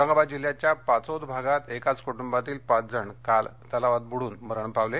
औरंगाबाद जिल्ह्याच्या पाचोद भागात एकाच क्ट्रंबातील पाच जण काल तलावात बुड्रन मरण पावले